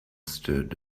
stood